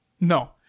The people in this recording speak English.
No